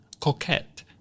coquette